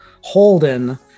holden